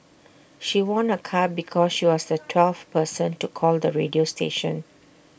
she won A car because she was the twelfth person to call the radio station